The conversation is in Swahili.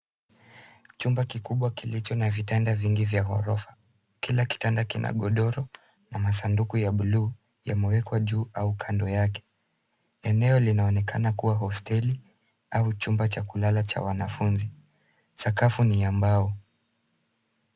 Chumba kikubwa kilicho na vitanda vingi vya ghorofa. Kila kitanda kinagodoro na masanduku ya buluu yamewekwa juu au kando yake. Eneo linaonekana kuwa hosteli au chumba cha kulala cha wanafunzi. Sakafu ni ya mbao.